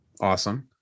Awesome